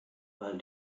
weil